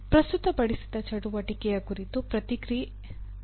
ಪ್ರಸ್ತುತ ಪಡಿಸಿದ ಚಟುವಟಿಕೆಯ ಕುರಿತು ಪ್ರತಿಕ್ರಿಯೆ ನೀಡಿ